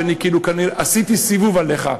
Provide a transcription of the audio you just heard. שאני כאילו עשיתי סיבוב עליך.